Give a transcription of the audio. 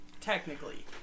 Technically